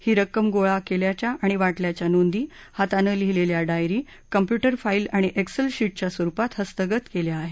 ही रक्कम गोळा केल्याच्या आणि वाटल्याच्या नोंदी हातानं लिहिलेल्या डायरी कंम्प्यूटर फाईल आणि एक्सल शिटच्या स्वरुपात हस्तगत केल्या आहेत